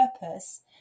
purpose